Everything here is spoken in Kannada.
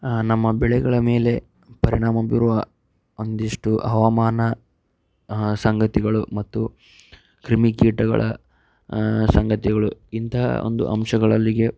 ನಮ್ಮ ಬೆಳೆಗಳ ಮೇಲೆ ಪರಿಣಾಮ ಬೀರುವ ಒಂದಷ್ಟು ಹವಾಮಾನ ಸಂಗತಿಗಳು ಮತ್ತು ಕ್ರಿಮಿಕೀಟಗಳ ಸಂಗತಿಗಳು ಇಂತಹ ಒಂದು ಅಂಶಗಳಲ್ಲಿಗೆ